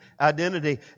identity